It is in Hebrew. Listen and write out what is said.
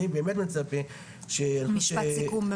משפט סיכום.